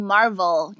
Marvel